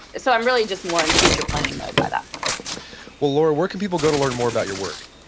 so i'm really just more in future planning mode by that point well laura, where can people go to learn more about your work?